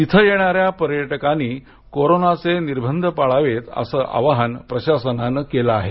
तिथं येणाऱ्या पर्यटकांनी कोरोनाचे निर्बंध पाळावेत असं आवाहन प्रशासनान केलं आहे